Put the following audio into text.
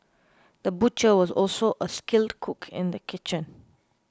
the butcher was also a skilled cook in the kitchen